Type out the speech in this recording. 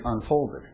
unfolded